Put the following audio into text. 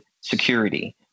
security